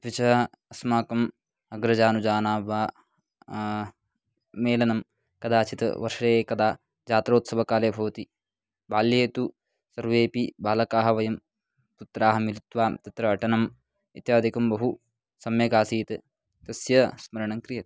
अपि च अस्माकं अग्रजानुजानां वा मेलनं कदाचित् वर्षे एकदा जात्रोत्सवकाले भवति बाल्ये तु सर्वेऽपि बालकाः वयं तत्राहं मिलित्वा तत्र अटनम् इत्यादिकं बहु सम्यकासीत् तस्य स्मरणङ्क्रियते